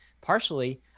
partially